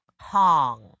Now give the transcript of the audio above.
Hong